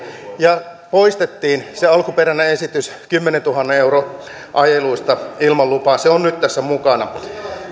ja poistettiin se alkuperäinen esitys kymmenentuhannen euron ajeluista ilman lupaa se on nyt tässä mukana